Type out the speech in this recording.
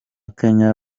kenya